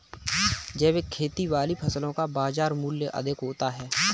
जैविक खेती वाली फसलों का बाजार मूल्य अधिक होता है